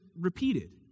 repeated